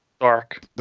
Dark